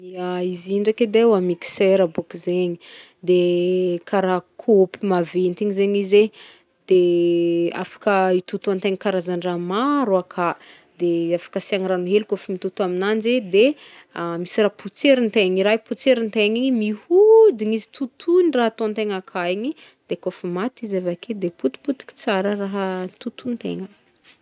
Ya, izy i ndraiky edy ô, mixeur bôaka zegny, de karaha kaopy maventy igny zegny izy e, de afaka hitotoantegna karazagny raha maro aka, de afaka asiàgna rano hely kaofa mitoto aminanjy, de misy raha potserintegna i, i raha potserintegna igny mihodigny izy totoigny raha ataontegna aka igny de kaofa maty izy avake de potipotiky tsara raha totointegna.